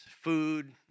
food